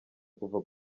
kuva